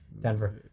Denver